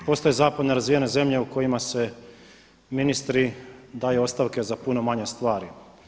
Postoje zapadne razvijene zemlje u kojima ministri daju ostavke za puno manje stvari.